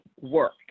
work